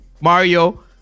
Mario